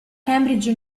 cambridge